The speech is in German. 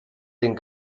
den